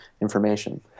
information